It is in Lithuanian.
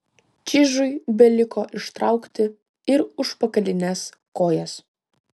čižui beliko ištraukti ir užpakalines kojas